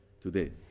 today